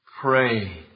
pray